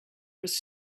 was